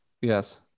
Yes